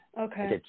Okay